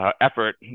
effort